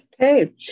Okay